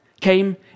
came